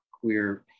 Queer